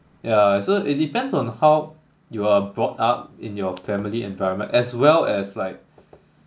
yeah so it depends on how you are brought up in your family environment as well as like